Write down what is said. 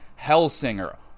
Hellsinger